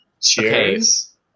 cheers